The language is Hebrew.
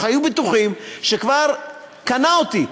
הם היו בטוחים שכבר קנה אותי.